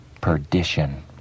perdition